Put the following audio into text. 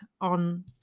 on